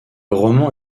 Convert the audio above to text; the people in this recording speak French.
roman